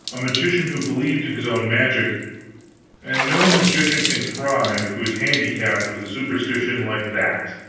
a magician who believed in his own magic and no magician can thrive who is handicapped with a superstition like that.